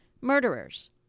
murderers